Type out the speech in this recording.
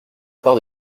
par